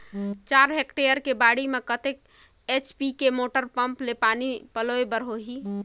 चार हेक्टेयर के बाड़ी म कतेक एच.पी के मोटर पम्म ले पानी पलोय बर होही?